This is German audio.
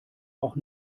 auch